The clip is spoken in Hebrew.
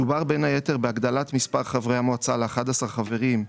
מדובר בין היתר בהגדלת מספר חברי המועצה ל-11 חברים,